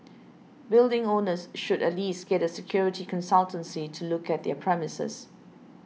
building owners should at least get a security consultancy to look at their premises